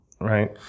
right